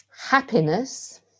happiness